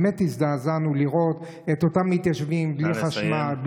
באמת הזדעזענו לראות את אותם מתיישבים בלי חשמל,